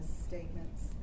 statements